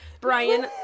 Brian